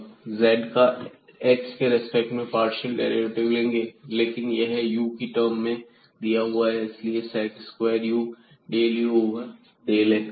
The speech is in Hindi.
z का x के रिस्पेक्ट में पार्शियल डेरिवेटिव लेंगे लेकिन यह u की टर्म में दिया हुआ है इसलिए यह sec square u del u over del x होगा